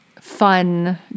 fun